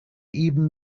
even